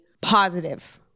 positive